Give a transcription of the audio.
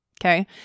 Okay